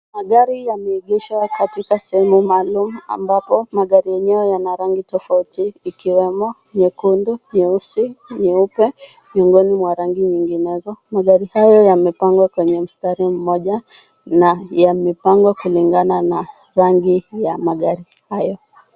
Magari yameegeshwa katika sehemu maalum ambapo magari yenyewe yana rangi tofauti ikiwemo nyekundu, nyeusi, nyeupe miongoni mwa rangi nyinginezo. Magari hayo yamepangwa kwenye mstari mmoja na yamepangwa kulingana na rangi ya magari hayo.